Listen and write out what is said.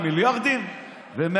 דרך